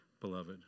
beloved